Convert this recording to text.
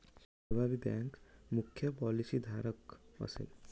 सहभागी बँक मुख्य पॉलिसीधारक असेल